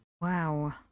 Wow